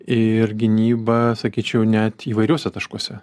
ir gynybą sakyčiau net įvairiuose taškuose